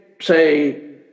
say